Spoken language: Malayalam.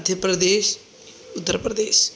മദ്ധ്യപ്രദേശ് ഉത്തർപ്രദേശ്